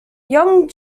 young